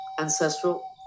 Ancestral